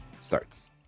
starts